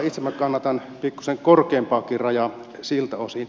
itse minä kannatan pikkuisen korkeampaakin rajaa siltä osin